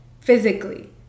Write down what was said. physically